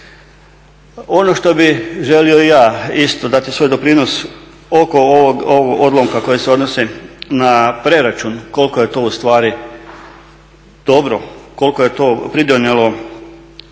Ono što bih želio ja isto dati svoj doprinos oko ovog odlomka koji se odnosi na preračun koliko je to ustvari dobro, koliko je to pridonijelo